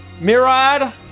Mirad